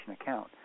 account